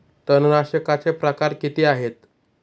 तणनाशकाचे प्रकार किती आहेत?